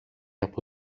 από